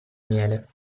miele